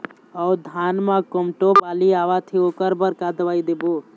अऊ धान म कोमटो बाली आवत हे ओकर बर का दवई देबो?